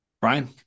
Brian